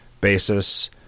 basis